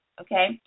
okay